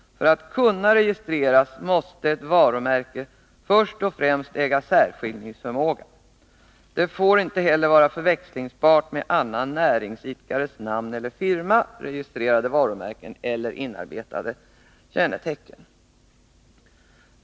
För att kunna registreras måste ett varumärke först och främst äga särskiljningsförmåga. Det får inte heller vara förväxlingsbart med annan näringsidkares namn eller firma, registrerade varumärken eller inarbetade kännetecken.